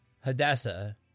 Hadassah